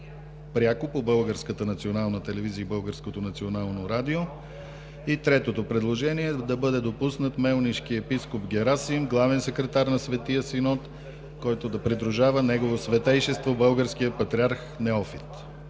национално радио. Трето предложение: да бъде допуснат Мелнишкият епископ Герасим – главен секретар на Светия Синод, който да придружава Негово Светейшество българския патриарх Неофит.